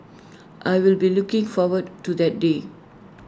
I will be looking forward to that day